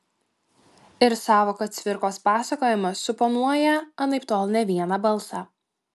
ir sąvoka cvirkos pasakojimas suponuoja anaiptol ne vieną balsą